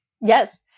Yes